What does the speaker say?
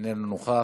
אינו נוכח,